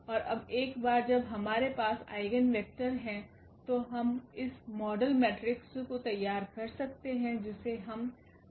और अब एक बार जब हमारे पास आइगेन वेक्टर हैं तो हम इस मॉडल मेट्रिक्स को तैयार कर सकते हैं जिसे हम P कहते हैं